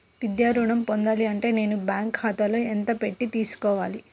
విద్యా ఋణం పొందాలి అంటే నేను బ్యాంకు ఖాతాలో ఎంత పెట్టి తీసుకోవాలి?